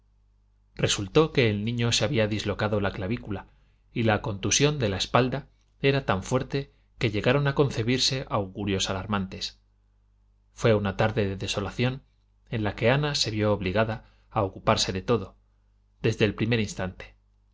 resultó que el niño se había dislocado la clavícula y la contusión de la espalda era tan fuerte que llegaron a concebirse augurios alarmantes fué una tarde de desolación en la que ana se vió obligada a ocuparse de todo desde el primer instante